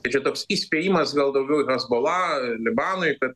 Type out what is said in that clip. tai čia toks įspėjimas gal daugiau hezbollah libanui kad